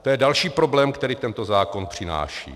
To je další problém, který tento zákon přináší.